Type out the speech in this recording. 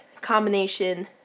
combination